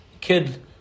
kid